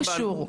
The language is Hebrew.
זה לא קשור.